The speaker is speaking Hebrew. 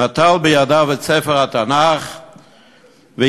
נטל בידיו את ספר התנ"ך והצהיר: